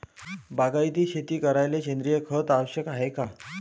बागायती शेती करायले सेंद्रिय खत आवश्यक हाये का?